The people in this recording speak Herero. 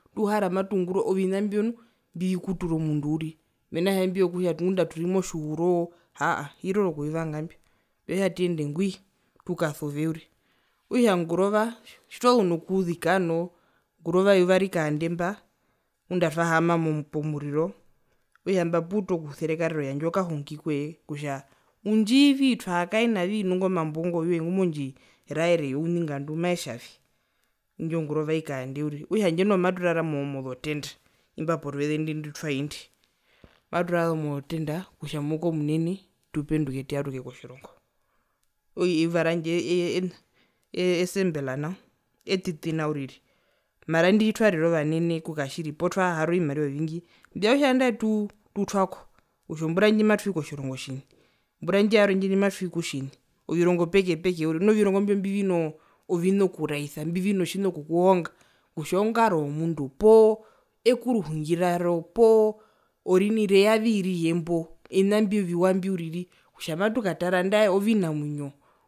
Tuuhara matungura ovina mbio nu mbikutura omundu uriri mena rokutja ovina mbyo vyokutja ngunda turi motjihuroo hiroro kuvivanga mbio, mbivanga kutja tuyende ngwi tukasuve uriri, okutja ngurova tjitwazu nokuzika noo ngurova eyuva rikaande mba ngunda atwahaama pomuriro okutja imba opuuta okuserekarera oyandja okahungi koye kutja undjii vii twahakaena vii nu ingo mambo ingo woye ngumondjiraere youningandu maetjavi indjo ngurova ikaande uriri okutja handje noho maturara mozo tenta imba poruveze ndwi putwai ndwi maturara mozo tenta kutja muhukumunene tupenduke tuyaruke kotjirongo eyuva randje ee esimple nao etiti nao uriri, mara indi tjitwarire ovanene kukatjiri poo twahara ovimariva mbivanga kutja nangae tukwako kutja ombura ndji matwii kotjirongo tjine ombura ndjo yarwe ndjina matwii kotjirongo tjine ovirongo peke peke uriri nu ovirongo mbi mbinovina okuraisa mbivino tjina okukuhonga kutja ongaro yomundu poo ekuruhungi raro poo orini reya vii riye mbo ovina mbi oviwa mbi uriri kutja matukatara andae ovinamwinyo